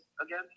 again